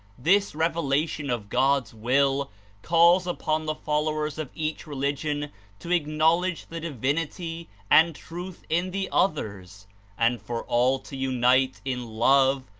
this revel ation of god's will calls upon the followers of each religion to acknowledge the divinity and truth in the others and for all to unite in love,